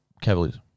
Cavaliers